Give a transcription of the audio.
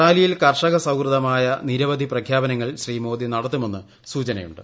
റാലിയിൽ കർഷക സൌഹൃദമായ നിരവധി പ്രഖ്യാപനങ്ങൾ ശ്രീ മോദി നടത്തുമെന്ന് സൂചനയുണ്ട്